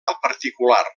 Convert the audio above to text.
particular